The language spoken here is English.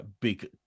big